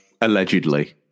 allegedly